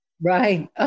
Right